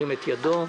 ירים את ידו.